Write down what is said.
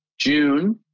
June